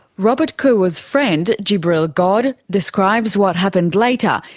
robert koua's friend, jibril god, describes what happened later,